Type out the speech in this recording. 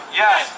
yes